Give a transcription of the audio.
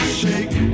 shake